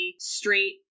straight